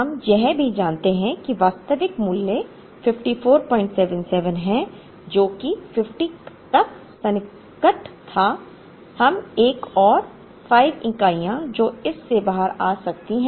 हम यह भी जानते हैं कि वास्तविक मूल्य 5477 है जो कि 50 तक सन्निकट था हम एक और 5 इकाइयाँ जो इस से बाहर आ सकती हैं